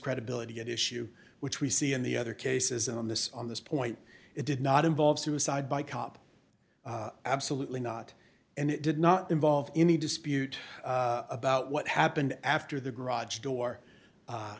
credibility at issue which we see in the other cases on this on this point it did not involve suicide by cop absolutely not and it did not involve any dispute about what happened after the garage door